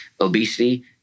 Obesity